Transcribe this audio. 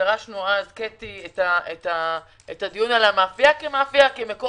דרשנו אז קטי את הדיון על המאפייה כמקור